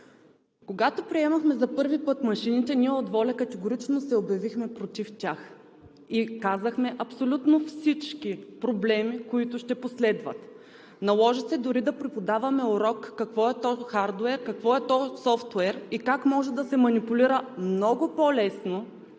Когато приемахме за първи път машините, ние от „ВОЛЯ – Българските Родолюбци“ категорично се обявихме против тях и казахме абсолютно всички проблеми, които ще последват. Наложи се дори да преподаваме урок какво е то хардуер, какво е то софтуер и как може да се манипулира много по-лесно